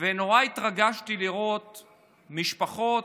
ונורא התרגשתי לראות משפחות,